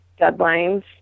deadlines